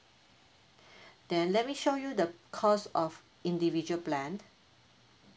then let me show you the cost of individual plan